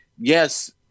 yes